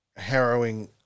harrowing